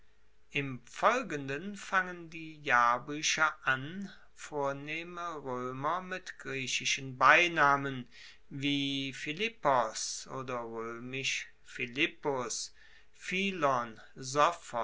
im folgenden fangen die jahrbuecher an vornehme roemer mit griechischen beinamen wie philippos oder roemisch pilipus